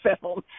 film